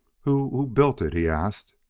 who who built it? he asked.